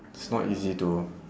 it's not easy to